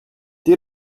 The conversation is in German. die